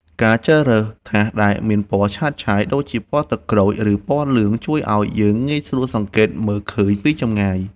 ការជ្រើសរើសថាសដែលមានពណ៌ឆើតឆាយដូចជាពណ៌ទឹកក្រូច ឬពណ៌លឿងជួយឱ្យយើងងាយស្រួលសង្កេតមើលឃើញពីចម្ងាយ។